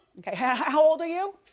okay, how old are you?